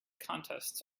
contests